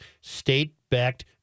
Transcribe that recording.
state-backed